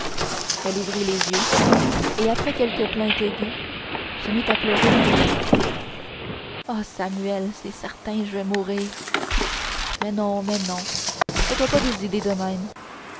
elle ouvrait les yeux et après quelques plaintes aiguës se mit à pleurer bruyamment oh samuel c'est certain je vas mourir mais non mais non fais-toi pas des idées de même